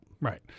Right